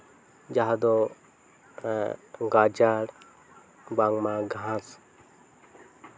ᱡᱟᱦᱟᱸ ᱫᱚ ᱜᱟᱡᱟᱲ ᱵᱟᱝᱢᱟ ᱜᱷᱟᱥ